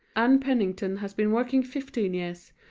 ann pennington has been working fifteen years,